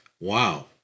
Wow